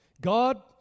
God